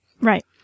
Right